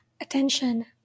attention